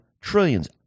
trillions